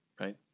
right